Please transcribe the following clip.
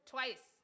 Twice